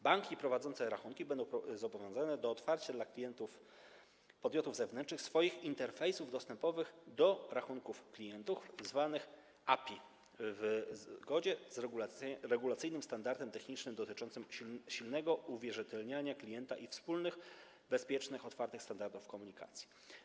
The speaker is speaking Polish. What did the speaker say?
Banki prowadzące rachunki będą zobowiązane do otwarcia dla klientów podmiotów zewnętrznych swoich interfejsów dostępowych do rachunków klientów, zwanych API, w zgodzie z regulacyjnym standardem technicznym dotyczącym silnego uwierzytelniania klienta i wspólnych bezpiecznych otwartych standardów komunikacji.